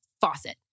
faucet